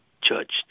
judged